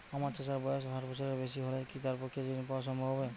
আমার চাচার বয়স ষাট বছরের বেশি হলে কি তার পক্ষে ঋণ পাওয়া সম্ভব হবে?